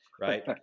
right